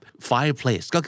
Fireplace